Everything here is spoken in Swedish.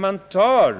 Man tar